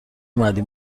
اومدی